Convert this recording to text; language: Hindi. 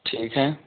ठीक है